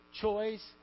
choice